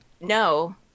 No